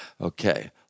Okay